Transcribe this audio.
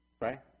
Right